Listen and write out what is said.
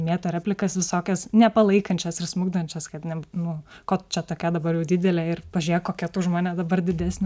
mėto replikas visokias nepalaikančias ir smukdančias kad ne nu ko čia tokia dabar jau didelė ir pažiūrėk kokia tu už mane dabar didesnė